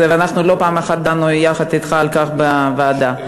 ואנחנו לא פעם דנו אתך על כך בוועדה.